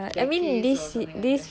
decades or something like that